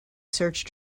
search